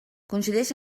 coincideix